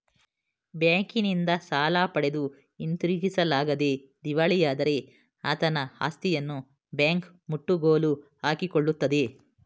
ಬ್ಯಾಂಕಿನಿಂದ ಸಾಲ ಪಡೆದು ಹಿಂದಿರುಗಿಸಲಾಗದೆ ದಿವಾಳಿಯಾದರೆ ಆತನ ಆಸ್ತಿಯನ್ನು ಬ್ಯಾಂಕ್ ಮುಟ್ಟುಗೋಲು ಹಾಕಿಕೊಳ್ಳುತ್ತದೆ